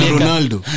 Ronaldo